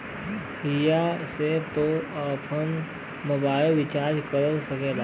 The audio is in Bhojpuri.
हिया से तू आफन मोबाइल रीचार्ज कर सकेला